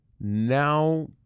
now